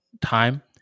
time